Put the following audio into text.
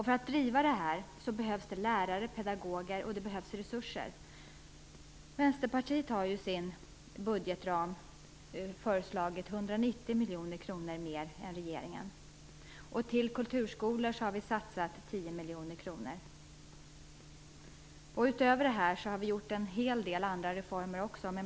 För att driva den skolan krävs det pedagoger, lärare och resurser. miljoner kronor mer än regeringen. Vi vill satsa 10 miljoner kronor på kulturskolor. Utöver detta vill vi genomföra en hel del andra reformer.